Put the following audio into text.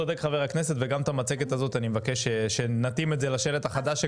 צודק חבר הכנסת וגם את המצגת הזו אני מבקש שנתאים את זה לשלט החדש,